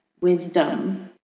wisdom